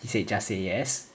he said just say yes